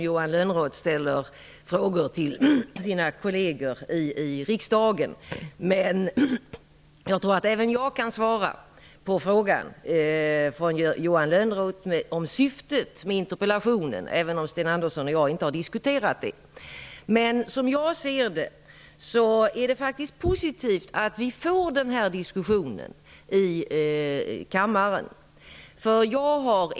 Johan Lönnroth stäIler ju frågor till sina kolleger i riksdagen. Men jag tror att ävenjag kan svara på Johan Lönnroths fråga om syftet med interpeIlationen, även om Sten Andersson och jag inte har diskuterat den saken. Som jag ser detta är det faktiskt positivt att vi får denna diskussion här i kammaren.